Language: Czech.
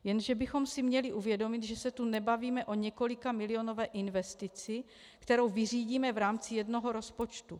Jenže bychom si měli uvědomit, že se tu nebavíme o několikamilionové investici, kterou vyřídíme v rámci jednoho rozpočtu.